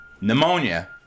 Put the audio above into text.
pneumonia